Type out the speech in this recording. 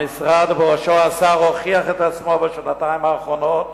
המשרד ובראשו השר הוכיח את עצמו בשנתיים האחרונות